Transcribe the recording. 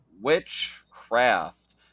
witchcraft